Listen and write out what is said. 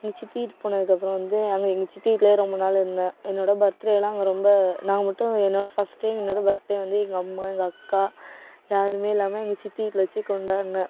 எங்கள் சித்தி வீட்டுக்கு போனதுக்கப்புறம் வந்து அங்கே எங்கள் சித்தி வீட்டிலேயே ரொம்ப நாள் இருந்தேன் என்னோட பர்த்டேலாம் அங்கே ரொம்ப நான் மட்டும் என்னோட ஃபஸ்ட் டைம் என்னோட பர்த்டே வந்து எங்கள் அம்மா எங்கள் அக்கா யாரும் இல்லாமல் எங்கள் சித்தி வீட்டில் வச்சு கொண்டாடினேன்